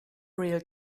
real